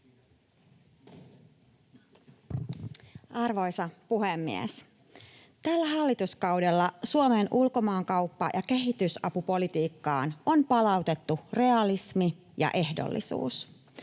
Arvoisa puhemies! Tällä hallituskaudella Suomen ulkomaankauppa- ja kehitysapupolitiikkaan on palautettu realismi ja ehdollisuus.